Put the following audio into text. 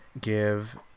give